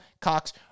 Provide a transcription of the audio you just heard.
Cox